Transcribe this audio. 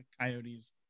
Coyotes